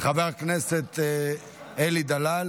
תוצאות ההצבעה: